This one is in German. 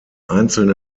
einzelne